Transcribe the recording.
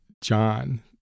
John